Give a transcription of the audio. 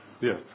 Yes